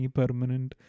permanent